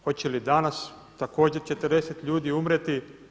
Hoće li danas također 40 ljudi umrijeti?